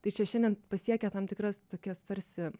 tai čia šiandien pasiekia tam tikras tokias tarsi